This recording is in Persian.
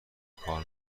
کار